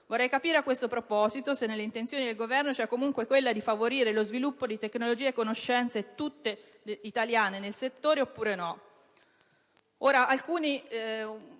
Vorrei capire a questo proposito se nelle intenzioni del Governo c'è comunque quella di favorire oppure no lo sviluppo di tecnologie e conoscenze tutte italiane nel settore del